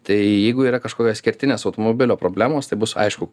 tai jeigu yra kažkokios kertinės automobilio problemos tai bus aišku